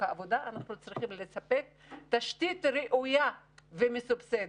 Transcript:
העבודה עלינו לספק תשתית ראויה ומסובסדת.